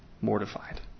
mortified